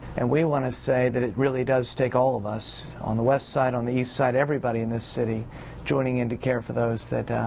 and we want to say that it really does take all of us, on the west side, the east side, everybody in this city joining in to care for those that,